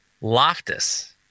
Loftus